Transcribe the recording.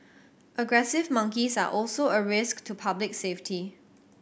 aggressive monkeys are also a risk to public safety